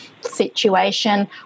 situation